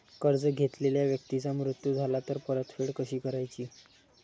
कर्ज घेतलेल्या व्यक्तीचा मृत्यू झाला तर परतफेड कशी करायची?